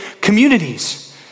communities